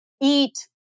eat